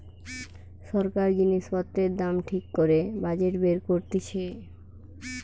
সরকার জিনিস পত্রের দাম ঠিক করে বাজেট বের করতিছে